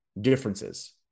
differences